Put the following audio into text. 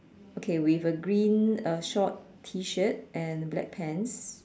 okay with a green uh short T shirt and a black pants